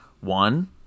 one